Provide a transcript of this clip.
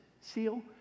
seal